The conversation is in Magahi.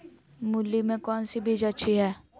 मूली में कौन सी बीज अच्छी है?